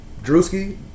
Drewski